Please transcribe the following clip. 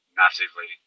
massively